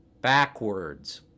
Backwards